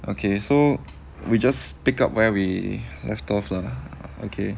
okay so we just pick up where we left off lah okay